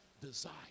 desire